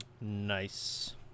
Nice